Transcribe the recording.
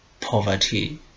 poverty